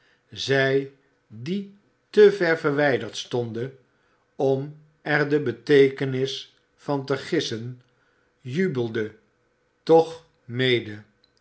zij die te ver verwijderd stonden om er de beteekenis van te gissen jubelden toch mede